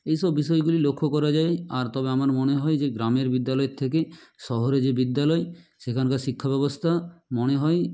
এই সব বিষয়গুলি লক্ষ্য করা যায় আর তবে আমার মনে হয় যে গ্রামের বিদ্যালয়ের থেকে শহরে যে বিদ্যালয় সেখানকার শিক্ষা ব্যবস্থা মনে হয়